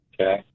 Okay